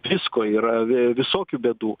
visko yra visokių bėdų